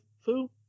Fu